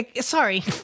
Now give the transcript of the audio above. sorry